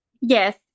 Yes